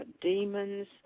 demons